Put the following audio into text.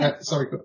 Sorry